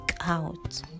out